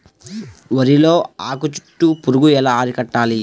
వరిలో ఆకు చుట్టూ పురుగు ఎలా అరికట్టాలి?